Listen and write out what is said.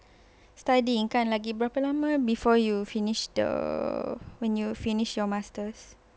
studying kan lagi berapa lama before you finish the when you finish your masters